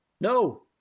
No